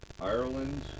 Ireland